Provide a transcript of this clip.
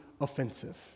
offensive